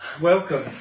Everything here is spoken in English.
Welcome